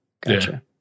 gotcha